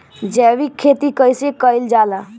जैविक खेती कईसे कईल जाला?